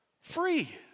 Free